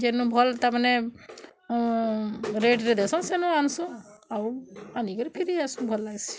ଜେନ୍ ଭଲ୍ ତା ମାନେ ରେଟ୍ରେ ଦେସନ୍ ସେନୁ ଆନ୍ସୁଁ ଆଉ ଆଣିକିରି ଫିର୍ ଆସୁ ଭଲ୍ ଲାଗ୍ସି